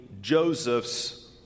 Joseph's